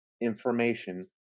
information